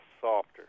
softer